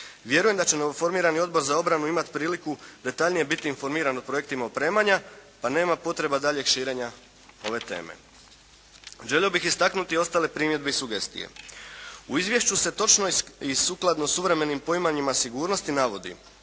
Vjerujem da će novoformirani odbor za obranu imati priliku detaljnije biti informiran o projektima opremanja pa nema potreba daljnjeg širenja ove teme. Želio bih istaknuti i ostale primjedbe i sugestije. U izvješću se točno i sukladno suvremenim poimanjima sigurnosti navodi,